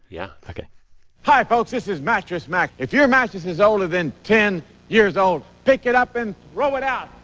yeah ok hi folks. this is mattress mack. if your mattress is older than ten years old, pick it up and throw it out.